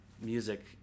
music